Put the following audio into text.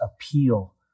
appeal